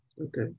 Okay